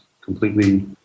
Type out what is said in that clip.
completely